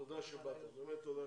תודה שבאת.